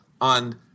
on